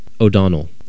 o'donnell